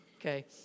okay